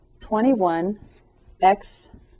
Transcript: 21x